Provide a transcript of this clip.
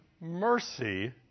mercy